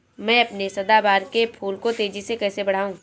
मैं अपने सदाबहार के फूल को तेजी से कैसे बढाऊं?